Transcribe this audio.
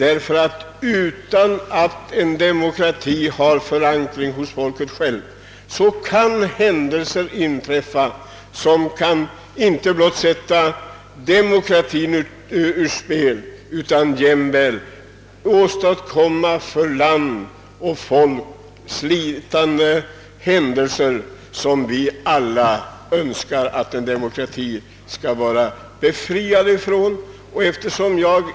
Om en demokrati inte har förankring hos folket självt, kan händelser inträffa som inte blott sätter demokratin ur spel utan även åstadkommer för land och folk uppslitande händelser, som vi alla önskar att demokratin skall vara befriad från.